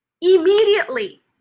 Immediately